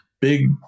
big